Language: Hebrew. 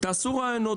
תעשו ראיונות